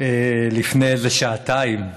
לפני איזה שעתיים,